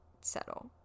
settle